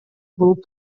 болуп